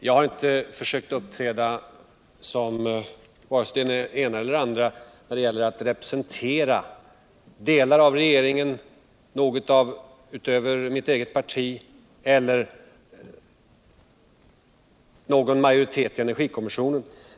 Jag har inte försökt uppträda som representant för delar av regeringen, för andra inom mitt parti eller för majoriteten i energikommissionen.